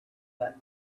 that